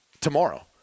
tomorrow